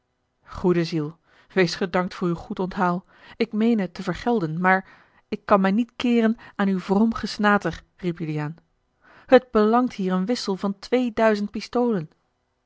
goede ziel wees gedankt voor uw goed onthaal ik meene het te vergelden maar ik kan mij niet keeren aan uw vroom gesnater riep juliaan het belangt hier een wissel van twee duizend pistolen